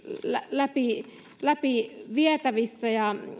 läpi läpi vietävissä ja